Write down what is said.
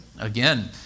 again